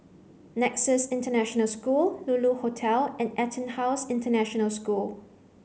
nexus International School Lulu Hotel and EtonHouse International School